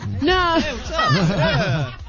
No